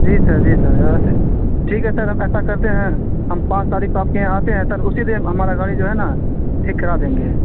جی sir جی سر ٹھیک ہے سر ہم ایسا کرتے ہیں ہم پانچ تاریخ کو آپ کے یہاں آتے ہیں سر اسی دن ہمارا گاڑی جو ہے نا ٹھیک کرا دیں گے